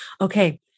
Okay